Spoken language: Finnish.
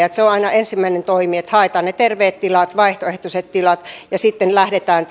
se on aina ensimmäinen toimi että haetaan ne terveet tilat vaihtoehtoiset tilat ja sitten lähdetään